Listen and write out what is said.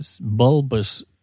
bulbous